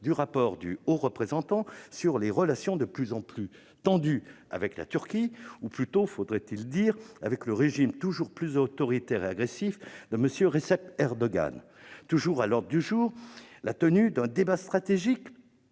du rapport du Haut Représentant sur les relations- de plus en plus tendues -avec la Turquie, ou plutôt, faudrait-il dire, avec le régime toujours plus autoritaire et plus agressif de M. Recep Tayyip Erdogan. À l'ordre du jour, encore : la tenue d'un débat stratégique